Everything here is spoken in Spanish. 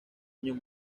años